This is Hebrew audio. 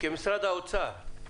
כמשרד האוצר,